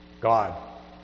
God